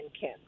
Kim